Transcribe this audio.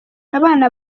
abana